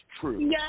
true